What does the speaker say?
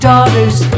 Daughters